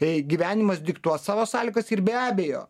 e gyvenimas diktuos savo sąlygas ir be abejo